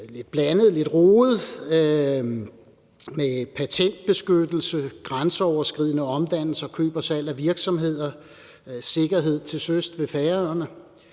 lidt rodet, er noget med patentbeskyttelse, grænseoverskridende omdannelser, køb og salg af virksomheder, sikkerhed til søs ved Færøerne,